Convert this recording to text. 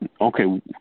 okay